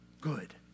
good